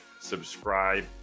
subscribe